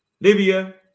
Libya